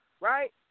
right